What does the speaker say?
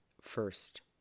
first